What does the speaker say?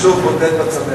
שוב, אני בודד בצמרת.